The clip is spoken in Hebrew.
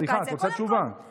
סליחה, את רוצה תשובה.